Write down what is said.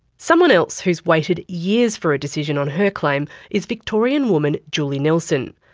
someone else who has waited years for a decision on her claim is victorian woman julie nelson.